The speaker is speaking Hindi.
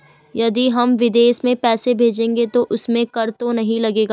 यदि हम विदेश में पैसे भेजेंगे तो उसमें कर तो नहीं लगेगा?